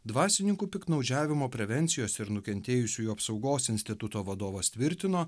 dvasininkų piktnaudžiavimo prevencijos ir nukentėjusiųjų apsaugos instituto vadovas tvirtino